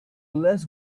less